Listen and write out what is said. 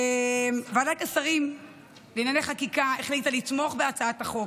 ועדת השרים לענייני חקיקה החליטה לתמוך בהצעת החוק.